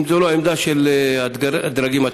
אם זו לא עמדה של הדרגים הצבאיים.